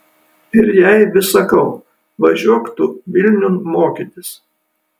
ir jai vis sakau važiuok tu vilniun mokytis